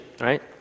right